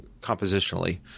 Compositionally